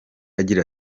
agira